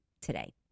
today